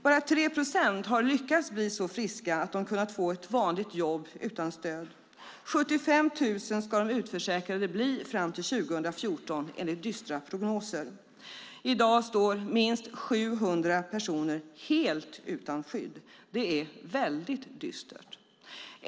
Bara 3 procent har lyckats bli så friska att de har kunnat få ett vanligt jobb utan stöd. 75 000 ska de utförsäkrade bli fram till 2014, enligt dystra prognoser. I dag står minst 700 personer helt utan skydd. Det är väldigt dystert.